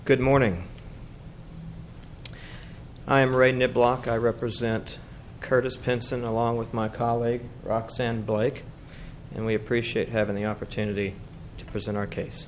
good morning i am writing a block i represent curtis pinson along with my colleague roxanne blake and we appreciate having the opportunity to present our case